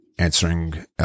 answering